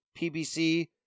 PBC